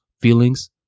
feelings